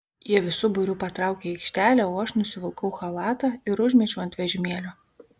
jie visu būriu patraukė į aikštelę o aš nusivilkau chalatą ir užmečiau ant vežimėlio